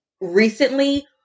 recently